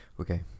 Okay